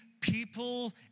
people